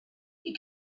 you